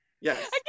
Yes